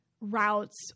routes